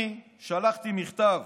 אני שלחתי מכתב